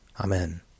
Amen